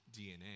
DNA